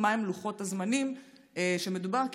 מהם לוחות הזמנים שבהם מדובר?